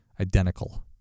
Identical